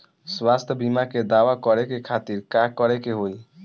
स्वास्थ्य बीमा के दावा करे के खातिर का करे के होई?